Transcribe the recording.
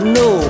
no